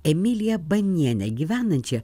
emiliją banienę gyvenančią